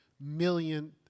million